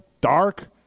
Dark